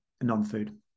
non-food